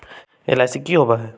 LIC की होअ हई?